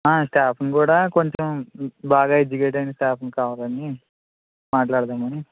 ఆ స్టాఫ్ని కూడా కొంచెం బాగా ఎడ్యుకేట్ అయిన స్టాఫ్ని కావాలని మాట్లాడదామని